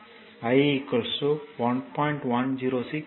4 வினாடிக்கு i 1